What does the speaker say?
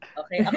okay